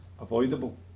avoidable